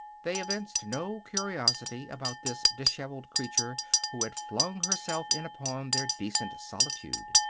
they evinced no curiosity about this disheveled creature who had flung herself in upon their decent solitude.